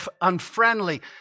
unfriendly